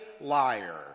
liar